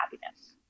happiness